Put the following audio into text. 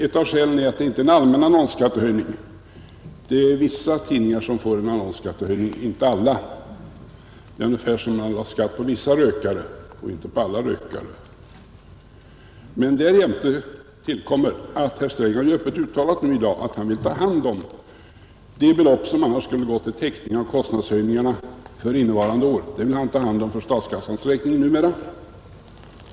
Ett av dem är att det inte är en allmän annonsskattehöjning — vissa tidningar får en annonsskattehöjning men inte alla. Det är ungefär som om man lade skatt på vissa rökare men inte på alla. Men därtill kommer att herr Sträng öppet har uttalat att han för statskassans räkning vill ta hand om de belopp som annars skulle ha gått till täckning av kostnadshöjningarna för innevarande år.